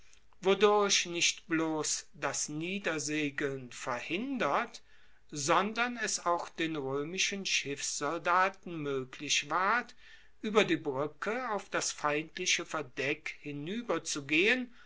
nicht bloss das niedersegeln verhindert sondern es auch den roemischen schiffssoldaten moeglich ward ueber die bruecke auf das feindliche verdeck hinueberzugehen